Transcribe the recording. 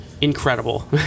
incredible